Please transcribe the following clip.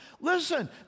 Listen